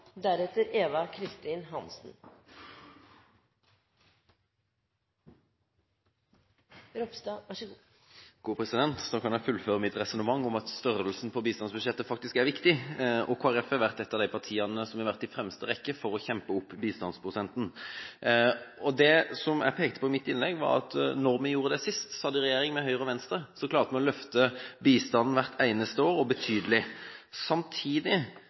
viktig. Kristelig Folkeparti har vært et av de partiene som har vært i fremste rekke for å kjempe opp bistandsprosenten. Det jeg pekte på i mitt innlegg, var at da vi gjorde det sist, da vi satt i regjering med Høyre og Venstre, klarte vi å løfte bistanden hvert eneste år – og betydelig. Samtidig